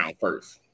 first